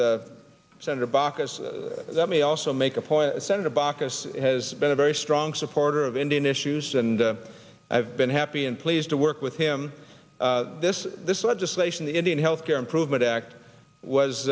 with senator baucus that me also make a point senator baucus has been a very strong supporter of indian issues and i've been happy and pleased to work with him this this legislation the indian health care improvement act was